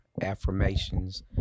affirmations